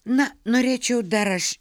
na norėčiau dar aš